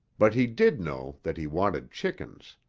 but he did know that he wanted chickens.